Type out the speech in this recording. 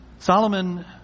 Solomon